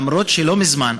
למרות שלא מזמן,